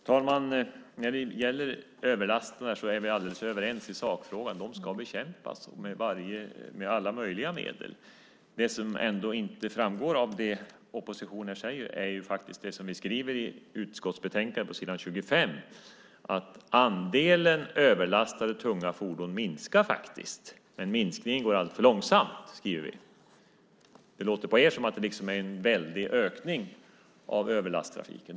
Fru talman! När det gäller överlasterna är vi alldeles överens i sakfrågan - de ska bekämpas med alla möjliga medel. Det som ändå inte framgår av det oppositionen säger är faktiskt det vi skriver i utskottsbetänkandet på s. 25, att andelen överlastade tunga fordon minskar. Men minskningen går alltför långsamt, skriver vi. Det låter på er som om det vore en väldig ökning av överlasttrafiken.